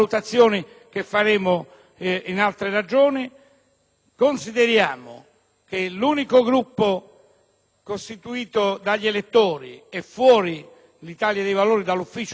voluto dagli elettori, l'Italia dei Valori, è fuori dal Consiglio di Presidenza. Questa è una inqualificabile bruttura di cui il Senato si è reso protagonista;